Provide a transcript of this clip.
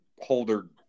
holder